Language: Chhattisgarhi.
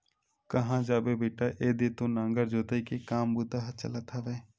काँहा जाबे बेटा ऐदे तो नांगर जोतई के काम बूता ह चलत हवय